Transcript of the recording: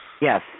Yes